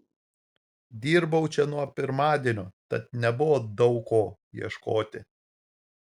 dirbau čia nuo pirmadienio tad nebuvo daug ko ieškoti